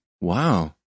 Wow